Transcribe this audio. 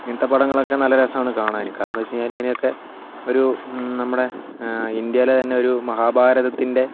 ഇങ്ങനത്തെ പടങ്ങളൊക്കെ നല്ല രസമാണ് കാണാൻ കാരണം എന്ന് വച്ചു കഴിഞ്ഞാൽ അതിനൊക്കെ ഒരു നമ്മുടെ ഇന്ത്യയിലെ തന്നെ ഒരു മഹാഭാരതത്തിൻ്റെ